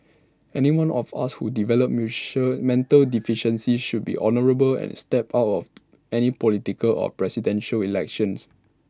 anyone of us who develop mussel mental deficiency should be honourable and step out of any political or Presidential Elections